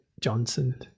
Johnson